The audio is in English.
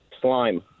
Slime